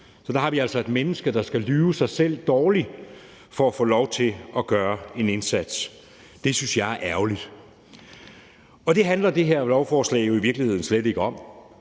Så der har vi altså et menneske, der skal lyve sig selv dårligere for at få lov til at gøre en indsats. Det synes jeg er ærgerligt. Det handler det her lovforslag jo i virkeligheden slet ikke om,